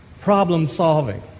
problem-solving